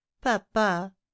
Papa